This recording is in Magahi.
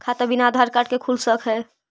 खाता बिना आधार कार्ड के खुल सक है?